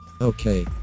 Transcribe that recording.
Okay